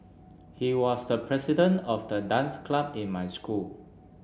he was the president of the dance club in my school